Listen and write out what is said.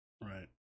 Right